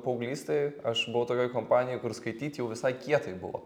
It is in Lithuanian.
paauglystėj aš buvau tokioj kompanijoj kur skaityt jau visai kietai buvo